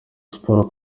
sports